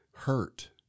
Hurt